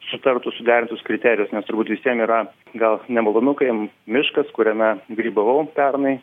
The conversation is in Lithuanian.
sutartus suderintus kriterijus nes turbūt visiem yra gal nemalonu kai miškas kuriame grybavau pernai